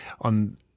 on